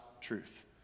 truth